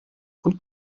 und